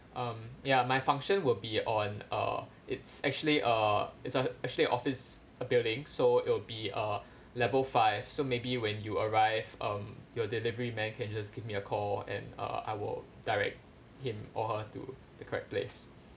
um ya my function will be on uh it's actually uh it's ac~ actually office a building so it'll be uh level five so maybe when you arrive um your delivery man can just give me a call and uh I will direct him or her to the correct place